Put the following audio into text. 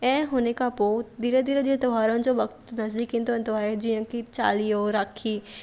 ऐं उनखां पोइ धीरे धीरे जीअं त्योहारनि जो वक़्तु नज़दीक ईंदो वेंदो आहे जीअं की चालीहो राखी